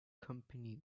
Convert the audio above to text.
company